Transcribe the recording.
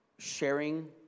sharing